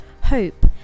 hope